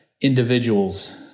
individuals